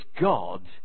God